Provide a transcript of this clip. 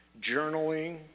journaling